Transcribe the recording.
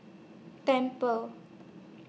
Temple